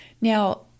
Now